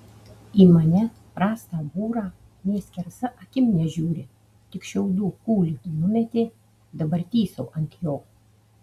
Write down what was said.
į mane prastą būrą nė skersa akim nežiūri tik šiaudų kūlį numetė dabar tysau ant jo